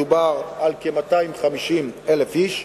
מדובר על כ-250,000 איש.